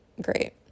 great